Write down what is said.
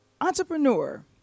entrepreneur